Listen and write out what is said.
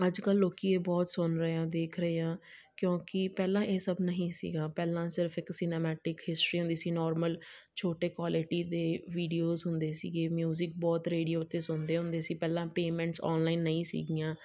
ਅੱਜ ਕੱਲ੍ਹ ਲੋਕ ਇਹ ਬਹੁਤ ਸੁਣ ਰਹੇ ਹਾਂ ਦੇਖ ਰਹੇ ਹਾਂ ਕਿਉਂਕਿ ਪਹਿਲਾਂ ਇਹ ਸਭ ਨਹੀਂ ਸੀਗਾ ਪਹਿਲਾਂ ਸਿਰਫ ਇੱਕ ਸੀਨਾਮੈਟਿਕ ਹਿਸਟਰੀ ਹੁੰਦੀ ਸੀ ਨੋਰਮਲ ਛੋਟੇ ਕੁਆਲਿਟੀ ਦੇ ਵੀਡੀਓਜ ਹੁੰਦੇ ਸੀਗੇ ਮਿਊਜ਼ਿਕ ਬਹੁਤ ਰੇਡੀਓ 'ਤੇ ਸੁਣਦੇ ਹੁੰਦੇ ਸੀ ਪਹਿਲਾਂ ਪੇਮੈਂਟਸ ਆਨਲਾਈਨ ਨਹੀਂ ਸੀਗੀਆਂ